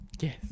Yes